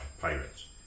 pirates